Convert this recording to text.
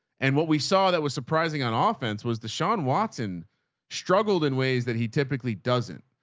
and what we saw that was surprising on ah offense was the sean watson struggled in ways that he typically doesn't.